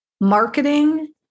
Marketing